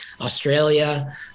Australia